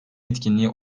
etkinliği